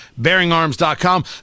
BearingArms.com